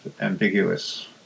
ambiguous